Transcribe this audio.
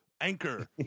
anchor